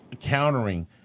countering